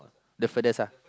the furthest ah